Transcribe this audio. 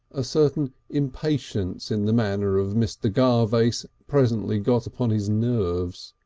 a certain impatience in the manner of mr. garvace presently got upon his nerves.